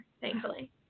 thankfully